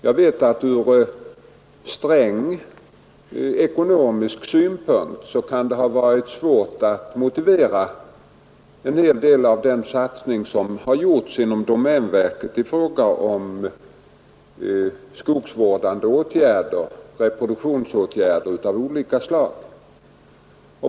Jag vet att det ur sträng ekonomisk synpunkt kan ha varit svårt att motivera en hel del av den satsning som har gjorts inom domänverket i fråga om skogsvårdande åtgärder — reproduktionsåtgärder av olika slag.